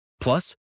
Plus